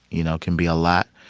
you know, can be a lot.